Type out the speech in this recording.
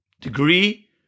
degree